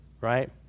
Right